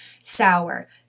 sour